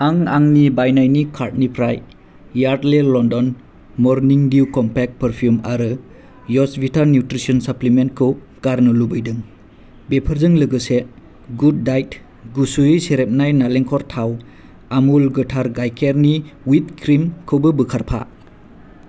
आं आंनि बायनायनि कार्टनिफ्राय Yardley London morning dew compact perfume आरो यसविता निउट्रिसन साप्लिमेन्टखौ गारनो लुबैदों बेफोरजों लोगोसे गुड डायेट गुसुयै सेरेबनाय नारेंखल थाव आमुल गोथार गायखेरनि विप क्रिमखौबो बोखारफा